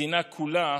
המדינה כולה